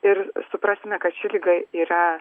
ir suprasime kad ši liga yra